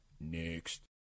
Next